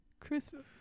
Christmas